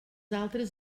altres